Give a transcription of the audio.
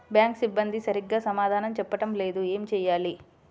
Bank సిబ్బంది సరిగ్గా సమాధానం చెప్పటం లేదు ఏం చెయ్యాలి?